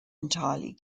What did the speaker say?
entirely